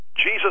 Jesus